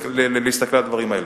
באמת להסתכל על הדברים האלה.